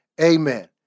Amen